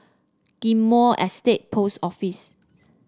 Ghim Moh Estate Post Office